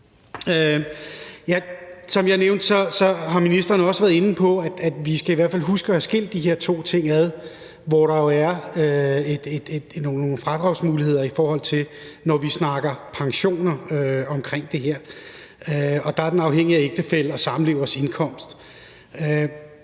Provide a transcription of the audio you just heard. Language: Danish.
Som jeg nævnte, har ministeren også været inde på, at vi i hvert fald skal huske at have skilt de her to ting ad, hvor der jo er nogle fradragsmuligheder, når vi snakker pensioner, omkring det her, og der er den afhængig af ægtefælles eller samlevers indkomst.